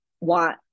want